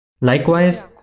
Likewise